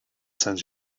sends